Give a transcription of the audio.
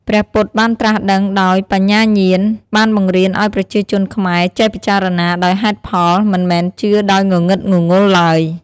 ព្រះពុទ្ធបានត្រាស់ដឹងដោយបញ្ញាញាណ បានបង្រៀនឱ្យប្រជាជនខ្មែរចេះពិចារណាដោយហេតុផល មិនមែនជឿដោយងងឹតងងុលឡើយ។